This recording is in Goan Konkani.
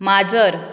माजर